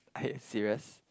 are you serious